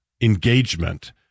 engagement